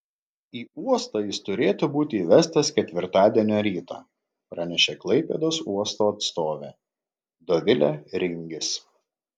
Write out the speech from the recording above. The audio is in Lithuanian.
į uostą jis turėtų būti įvestas ketvirtadienio rytą pranešė klaipėdos uosto atstovė dovilė ringis